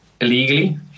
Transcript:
Illegally